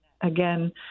again